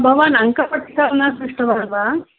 भवान् अङ्कपट्टिकां न दृष्टवान् वा